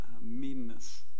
meanness